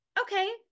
okay